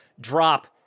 drop